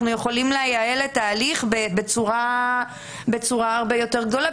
אנחנו יכולים לייעל את ההליך בצורה הרבה יותר גדולה,